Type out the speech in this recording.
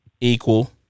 Equal